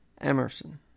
Emerson